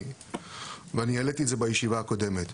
ואני העליתי את זה בישיבה הקודמת.